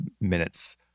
minutes